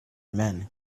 men